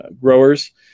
growers